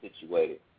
situated